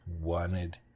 wanted